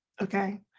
Okay